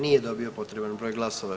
Nije dobio potreban broj glasova.